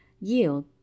yield